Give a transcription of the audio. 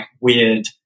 weird